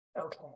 Okay